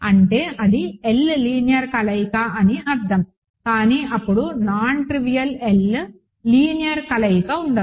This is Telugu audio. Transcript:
అంటే అది L లీనియర్ కలయిక అని అర్థం కానీ అప్పుడు నాన్ ట్రివియల్ L లీనియర్ కలయిక ఉండదు